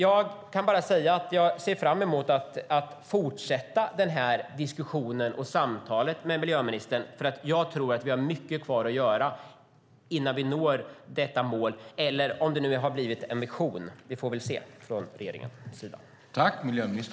Jag ser fram emot att fortsätta denna diskussion och detta samtal med miljöministern. Jag tror nämligen att vi har mycket kvar att göra innan vi når detta mål, eller om det har blivit en vision från regeringens sida. Vi får väl se.